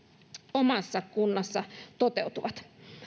omassa kunnassa toteutuvat